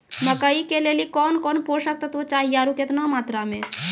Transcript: मकई के लिए कौन कौन पोसक तत्व चाहिए आरु केतना मात्रा मे?